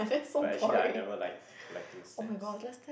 but actually I never like collecting stamps